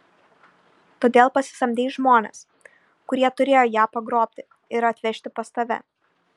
todėl pasisamdei žmones kurie turėjo ją pagrobti ir atvežti pas tave